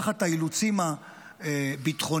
תחת האילוצים הביטחוניים,